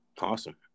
Awesome